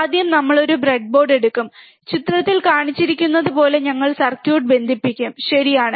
ആദ്യം നമ്മൾ ഒരു ബ്രെഡ്ബോർഡ് എടുക്കും ചിത്രത്തിൽ കാണിച്ചിരിക്കുന്നതുപോലെ ഞങ്ങൾ സർക്യൂട്ട് ബന്ധിപ്പിക്കും ശരിയാണ്